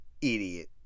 idiot